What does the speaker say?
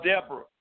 Deborah